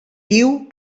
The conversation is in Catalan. diu